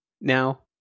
now